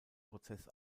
prozess